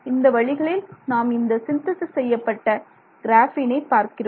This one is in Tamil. இந்த வழிகளில் நாம் இந்த சிந்தேசிஸ் செய்யப்பட்ட கிராஃபீனை பெறுகிறோம்